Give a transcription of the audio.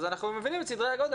אנחנו מבינים את סדר הגודל,